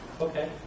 okay